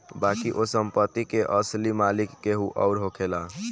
बाकी ओ संपत्ति के असली मालिक केहू अउर होखेला